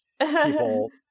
people